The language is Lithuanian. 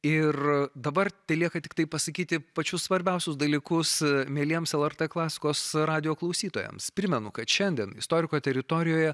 ir dabar telieka tiktai pasakyti pačius svarbiausius dalykus mieliems lrt klasikos radijo klausytojams primenu kad šiandien istoriko teritorijoje